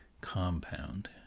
compound